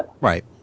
Right